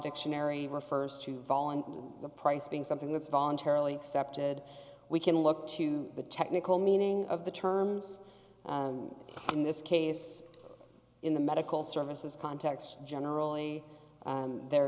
dictionary refers to fall in the price being something that's voluntarily excepted we can look to the technical meaning of the terms in this case in the medical services context generally there